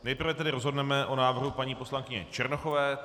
Nejprve tedy rozhodneme o návrhu paní poslankyně Černochové.